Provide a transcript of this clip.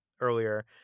earlier